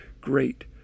great